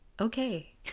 okay